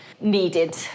needed